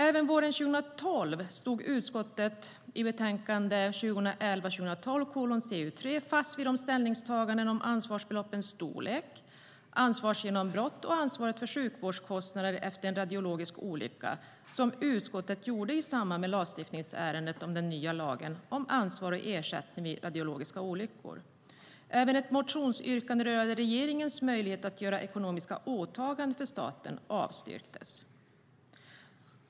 Även våren 2012 stod utskottet i betänkande 2011/12:CU3 fast vid de ställningstaganden om ansvarsbeloppets storlek, ansvarsgenombrott och ansvaret för sjukvårdskostnader efter en radiologisk olycka som utskottet gjorde i samband med lagstiftningsärendet om den nya lagen om ansvar och ersättning vid radiologiska olyckor. Också ett motionsyrkande rörande regeringens möjlighet att göra ekonomiska åtaganden till staten avstyrktes.